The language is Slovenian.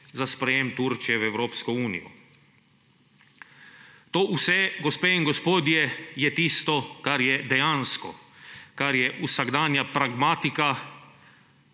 za sprejem Turčije v Evropsko unijo. To vse, gospe in gospodje, je tisto, kar je dejansko, kar je vsakdanja pragmatika,